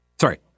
Sorry